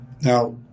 Now